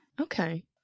Okay